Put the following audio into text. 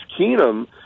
Keenum